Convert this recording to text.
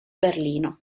berlino